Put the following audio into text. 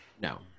no